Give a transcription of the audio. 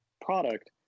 product